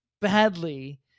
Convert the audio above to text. badly